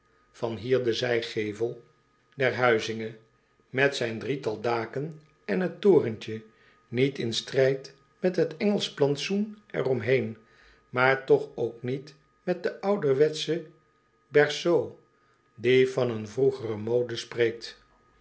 potlood eel der huizinge met zijn drietal daken en het torentje niet in strijd met het engelsch plantsoen er om heen maar toch ook niet met de ouderwetsche berceau die van een vroegere mode spreekt